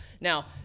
Now